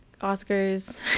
Oscars